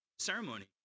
ceremony